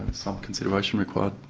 some consideration required.